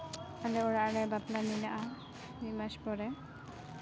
ᱟᱞᱮ ᱚᱲᱟᱜ ᱨᱮ ᱵᱟᱯᱞᱟ ᱢᱮᱱᱟᱜᱼᱟ ᱢᱤᱫ ᱢᱟᱥ ᱯᱚᱨᱮ